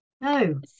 No